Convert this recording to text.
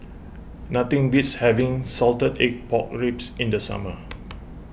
nothing beats having Salted Egg Pork Ribs in the summer